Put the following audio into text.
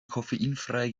koffeinfreie